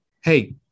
hey